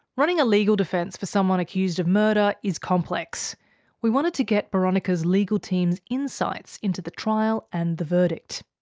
running a legal defense for someone accused of murder is complex we wanted to get boronika's legal teams' insights into the trial and the verdict.